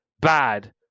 bad